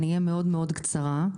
אני אהיה מאוד-מאוד קצרה: